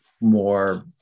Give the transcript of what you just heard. more